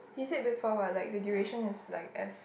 he said before what like the duration is like as